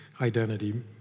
identity